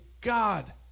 God